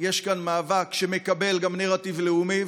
יש כאן מאבק שמקבל גם נרטיב לאומי,